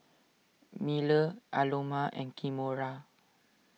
Miller Aloma and Kimora